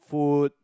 food